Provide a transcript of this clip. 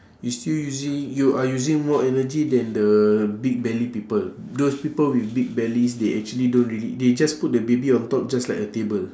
you still using you are using more energy than the big belly people those people with big bellies they actually don't really they just put the baby on top just like a table